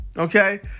Okay